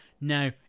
Now